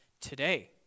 today